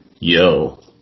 Yo